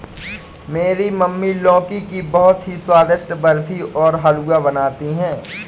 मेरी मम्मी लौकी की बहुत ही स्वादिष्ट बर्फी और हलवा बनाती है